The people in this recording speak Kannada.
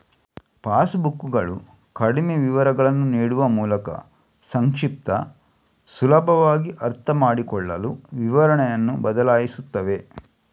ಪಾಸ್ ಬುಕ್ಕುಗಳು ಕಡಿಮೆ ವಿವರಗಳನ್ನು ನೀಡುವ ಮೂಲಕ ಸಂಕ್ಷಿಪ್ತ, ಸುಲಭವಾಗಿ ಅರ್ಥಮಾಡಿಕೊಳ್ಳಲು ವಿವರಣೆಯನ್ನು ಬದಲಾಯಿಸುತ್ತವೆ